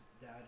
dad